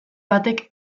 batek